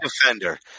defender